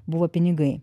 buvo pinigai